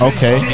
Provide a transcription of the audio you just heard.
Okay